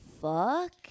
fuck